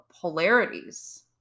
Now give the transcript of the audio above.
polarities